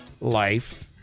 life